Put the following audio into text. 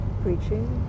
preaching